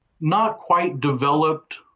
not-quite-developed